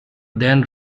then